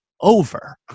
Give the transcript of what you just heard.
over